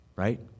Right